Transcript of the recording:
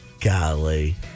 Golly